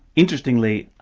interestingly,